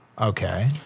Okay